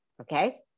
okay